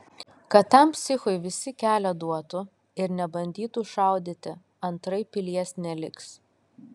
kad tam psichui visi kelią duotų ir nebandytų šaudyti antraip pilies neliks